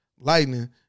Lightning